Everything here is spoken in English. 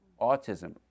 autism